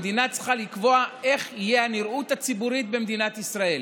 שהמדינה צריכה לקבוע איך תהיה הנראות הציבורית במדינת ישראל.